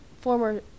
former